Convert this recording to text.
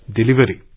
delivery